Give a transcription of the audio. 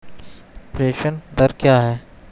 प्रेषण दर क्या है?